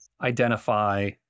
identify